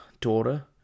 daughter